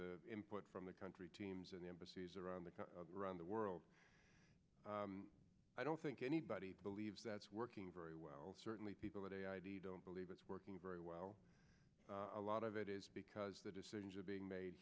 with input from the country teams and embassies around the around the world i don't think anybody believes that's working very well certainly people today i don't believe it's working very well a lot of it is because the decisions are being made